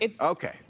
Okay